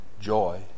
joy